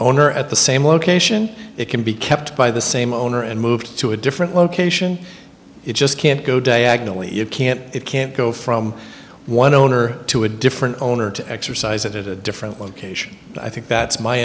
owner at the same location it can be kept by the same owner and moved to a different location you just can't go diagonally you can't it can't go from one owner to a different owner to exercise it a different location i think that's my